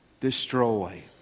destroy